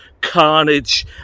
carnage